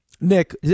Nick